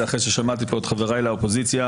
אחרי ששמעתי פה את חבריי לאופוזיציה